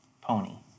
pony